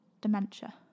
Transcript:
dementia